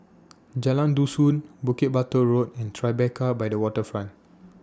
Jalan Dusun Bukit Batok Road and Tribeca By The Waterfront